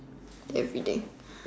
everyday